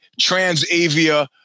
Transavia